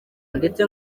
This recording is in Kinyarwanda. ndetse